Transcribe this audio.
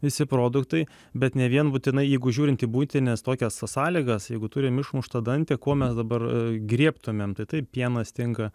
visi produktai bet ne vien būtinai jeigu žiūrint į buitines tokias sąlygas jeigu turim išmuštą dantį kuo mes dabar griebtumėm tai taip pienas tinka